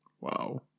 Wow